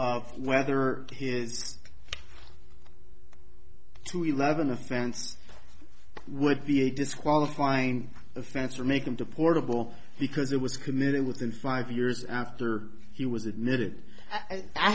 of whether his two eleven offense would be a disqualifying offense or make him to portable because it was committed within five years after he was admitted i